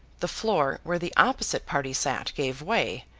the floor where the opposite party sat gave way,